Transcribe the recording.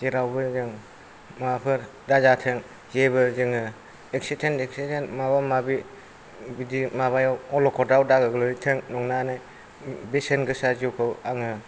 जेरावबो जों माबाफोर दाजाथों जेबो जोङो एक्सिदेन्ट टेक्सिटेन्ट माबा माबि बिदि माबायाव अलखदाव दा गोग्लैथों नंनानै बेसेन गोसा जिउखौ आङो